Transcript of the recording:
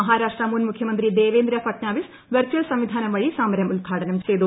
മഹാരാഷ്ട്ര മുൻ മുഖ്യമന്ത്രി ദേവേന്ദ്ര ഭട്നാവിസ് വെർചൽ സംവിധാനം വഴി സമരം ഉദ്ഘാടനം ചെയ്തു